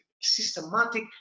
systematic